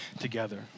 together